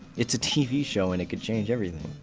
it's a tv show, and it could change everything.